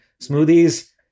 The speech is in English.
smoothies